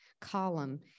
column